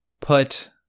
put